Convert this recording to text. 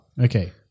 Okay